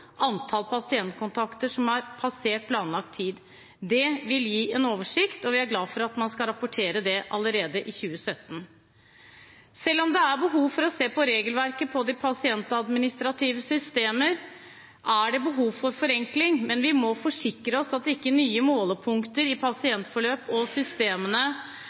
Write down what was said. «antall pasientkontakter som er passert planlagt tid». Det vil gi en oversikt, og vi er glad for at man skal rapportere det allerede i 2017. Selv om det er behov for å se på regelverket og de pasientadministrative systemer, og det er behov for forenkling, må vi forsikre oss om at ikke nye målepunkter i pasientforløp og